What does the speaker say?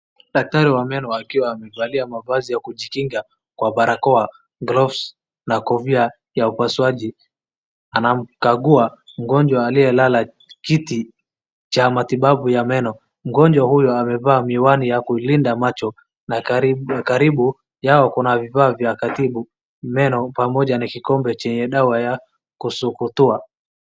Daktari wa meno akiwa amevalia mavazi ya kujikinga kwa barakoa, gloves na kofia ya upasuaji anamkagua mgonjwa aliyelala kiti cha matibabu ya meno. Mgonjwa huyu amevaa miwani ya kulinda macho, na karibu yao kuna vifaa vya kutibu meno pamoja na kikombe chenye dawa ya kusokotoa.